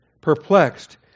Perplexed